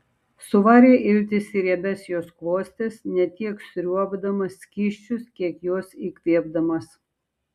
suvarė iltis į riebias jos klostes ne tiek sriuobdamas skysčius kiek juos įkvėpdamas